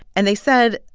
and they said,